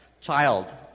Child